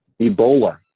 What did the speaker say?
Ebola